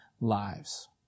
lives